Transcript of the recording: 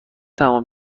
تمام